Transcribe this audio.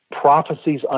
prophecies